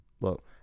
Look